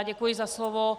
Děkuji za slovo.